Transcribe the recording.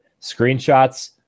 screenshots